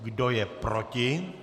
Kdo je proti?